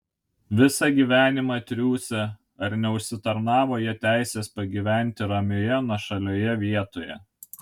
visą gyvenimą triūsę ar neužsitarnavo jie teisės pagyventi ramioje nuošalioje vietoje